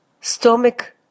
stomach